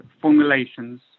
formulations